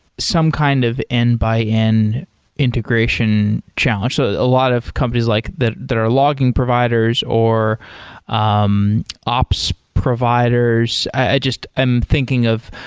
some kind of end-by-end integration challenge. so a lot of companies like that that are logging providers, or um ops providers ah i'm thinking of